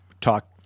talk